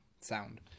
sound